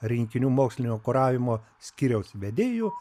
rinkinių mokslinio kuravimo skyriaus vedėju